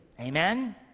Amen